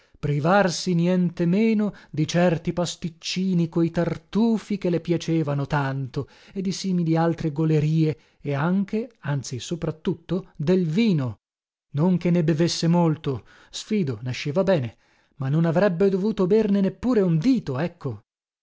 privarsi nientemeno di certi pasticcini coi tartufi che le piacevano tanto e di simili altre golerìe e anche anzi soprattutto del vino non che ne bevesse molto sfido nasceva bene ma non avrebbe dovuto berne neppure un dito ecco